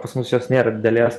pas mus jos nėra didelės